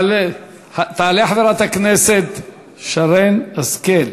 תעלה חברת הכנסת שרן השכל,